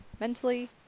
mentally